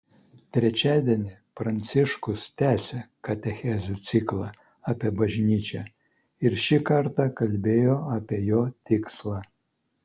trečiadienį pranciškus tęsė katechezių ciklą apie bažnyčią ir šį kartą kalbėjo apie jo tikslą